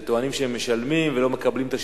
שטוענים שהם משלמים ולא מקבלים את השידור.